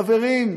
חברים,